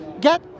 get